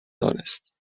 دانست